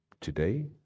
Today